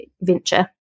venture